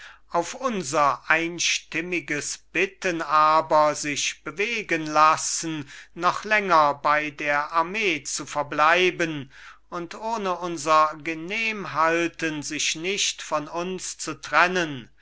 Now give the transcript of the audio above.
auf unser einstimmiges bitten aber sich bewegen lassen noch länger bei der armee zu verbleiben und ohne unser genehmhalten sich nicht von uns zu trennen